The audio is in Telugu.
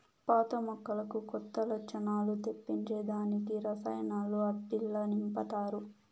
పాత మొక్కలకు కొత్త లచ్చణాలు తెప్పించే దానికి రసాయనాలు ఆట్టిల్ల నింపతారు